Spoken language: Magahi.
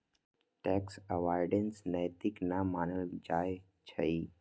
टैक्स अवॉइडेंस नैतिक न मानल जाइ छइ